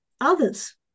others